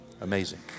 Amazing